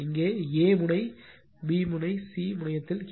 இங்கே A முனை B முனை சி முனையத்தில் கே